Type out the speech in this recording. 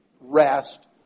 rest